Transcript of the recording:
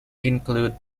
include